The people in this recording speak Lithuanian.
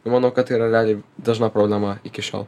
nu manau kad tai yra realiai dažna problema iki šiol